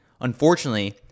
Unfortunately